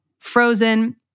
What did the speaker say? Frozen